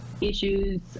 issues